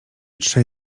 trzej